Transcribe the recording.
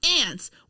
Ants